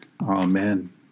Amen